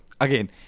again